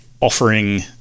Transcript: offering